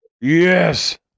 Yes